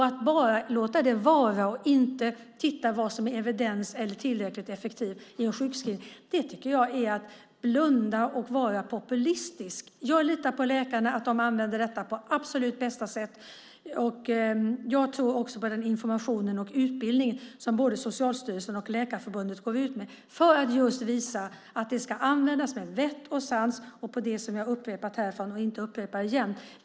Att bara låta det vara och inte titta på vad som är evidens eller tillräckligt effektivt i en sjukskrivning är att blunda och vara populistisk. Jag litar på att läkarna använder detta på absolut bästa sätt. Jag tror också på den information och utbildning som Socialstyrelsen och Läkarförbundet går ut med för att visa att det ska användas med vett och sans.